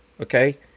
okay